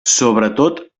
sobretot